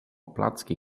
placki